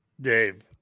Dave